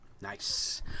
Nice